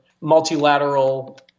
multilateral